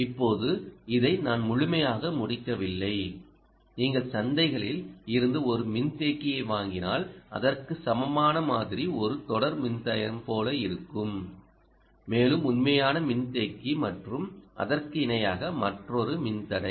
இப்போது இதை நான் முழுமையாக முடிக்கவில்லை நீங்கள் சந்தைகளில் இருந்து ஒரு மின்தேக்கியை வாங்கினால் அதற்கு சமமான மாதிரி ஒரு தொடர் மின்தடையம் போல இருக்கும் மேலும் உண்மையான மின்தேக்கி மற்றும் அதற்கு இணையாக மற்றொரு மின்தடை